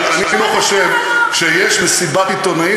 אבל אני לא חושב שיש מסיבת עיתונאים